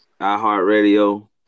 iHeartRadio